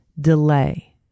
delay